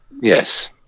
Yes